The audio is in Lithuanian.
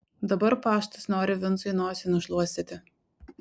dabar paštas nori vincui nosį nušluostyti